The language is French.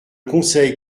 conseil